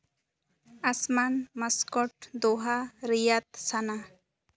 ᱟᱥᱢᱟᱱ Muscat Doha ᱨᱮᱭᱟᱛ ᱥᱟᱱᱟ